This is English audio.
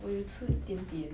我有吃一点点